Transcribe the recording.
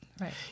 right